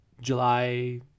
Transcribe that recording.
July